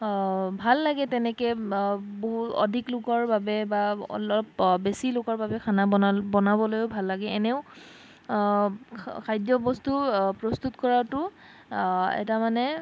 ভাল লাগে তেনেকৈ বহুত অধিক লোকৰ বাবে বা অলপ বেছি লোকৰ বাবে খানা বনা বনাবলৈও ভাল লাগে এনেও খাদ্য বস্তু প্ৰস্তুত কৰাটো এটা মানে